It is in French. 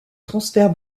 transfert